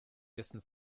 dessen